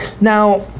now